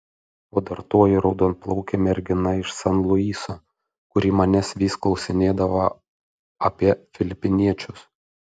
o dar toji raudonplaukė mergina iš san luiso kuri manęs vis klausinėdavo apie filipiniečius